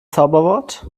zauberwort